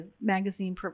magazine